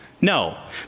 No